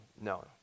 no